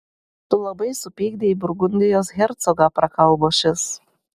tu labai supykdei burgundijos hercogą prakalbo šis